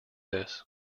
this